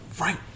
right